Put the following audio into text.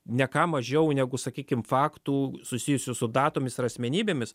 ne ką mažiau negu sakykim faktų susijusių su datomis ar asmenybėmis